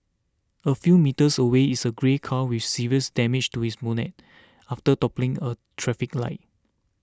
a few metres away is a grey car with serious damage to its bonnet after toppling a traffic light